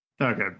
Okay